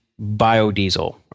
biodiesel